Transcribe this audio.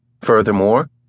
Furthermore